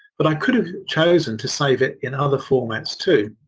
but i could have chosen to save it in other formats too.